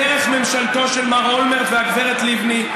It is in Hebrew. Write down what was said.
דרך ממשלתו של מר אולמרט והגברת לבני,